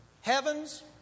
heavens